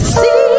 see